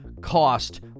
cost